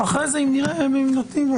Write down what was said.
אחרי זה, אם נראה אם נותנים.